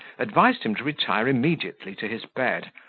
advised him to retire immediately to his bed,